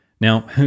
Now